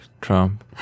Trump